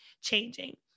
changing